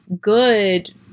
good